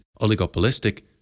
oligopolistic